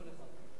זה מהסיעה שלך.